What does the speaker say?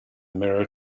mirror